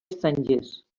estrangers